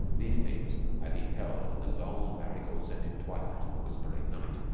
these things i beheld in the long marigold-scented twilight and whispering night,